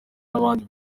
n’abandi